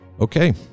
Okay